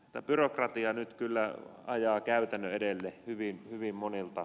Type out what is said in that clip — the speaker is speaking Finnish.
eli byrokratia nyt kyllä ajaa käytännön edelle hyvin monilta osin